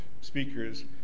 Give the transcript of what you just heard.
speakers